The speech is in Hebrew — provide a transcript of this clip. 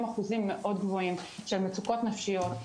אחוזים מאוד גבוהים של מצוקות נפשיות,